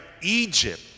Egypt